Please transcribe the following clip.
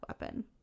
weapon